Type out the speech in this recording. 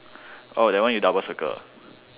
oh that one you double circle